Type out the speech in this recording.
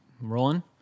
rolling